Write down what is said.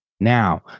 now